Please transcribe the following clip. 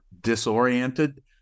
disoriented